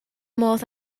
modd